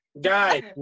Guys